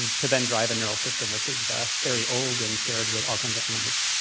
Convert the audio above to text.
to then drive a neural system which is ah very old and shared with all kinds of animals